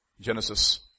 Genesis